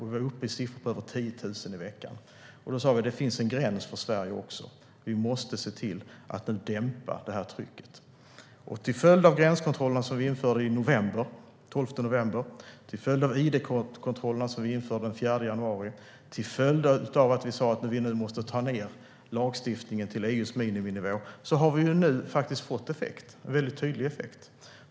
Vi var uppe i över 10 000 i veckan. Då sa vi: Det finns en gräns också för Sverige. Vi måste se till att dämpa trycket. Till följd av gränskontrollerna, som vi införde den 12 november, till följd av id-kontrollerna, som vi införde den 4 januari, och till följd av att vi sa att vi måste anpassa lagstiftningen till EU:s miniminivå kan vi nu se en väldigt tydlig effekt.